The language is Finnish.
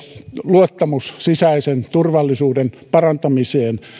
luottamus sisäisen turvallisuuden parantamiseen